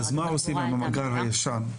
אז מה עושים עם המאגר הישן?